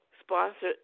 sponsored